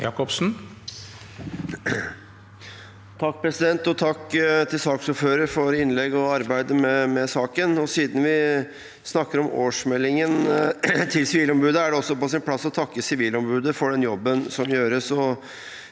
(A) Takk til saksordfør- eren for innlegget og arbeidet med saken. Siden vi snakker om årsmeldingen fra Sivilombudet, er det også på sin plass å takke Sivilombudet for den jobben som gjøres.